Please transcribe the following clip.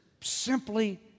simply